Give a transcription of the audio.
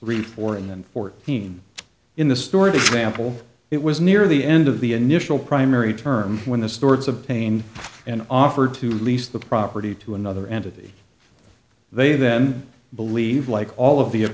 four and fourteen in the story the sample it was near the end of the initial primary term when the stores of pain and offered to lease the property to another entity they then believe like all of the